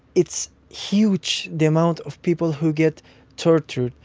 it's huge, the amount of people who get tortured,